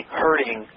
hurting